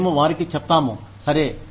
మేము వారికి చెప్తాము సరే